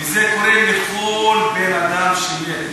ואת זה קוראים לכל בן-אדם שמת,